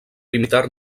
limitar